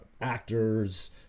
actors